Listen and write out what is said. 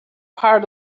part